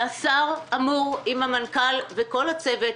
השר אמור לתפקד עם המנכ"ל ועם כל הצוות.